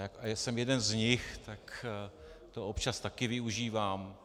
A já jsem jeden z nich, tak to občas také využívám.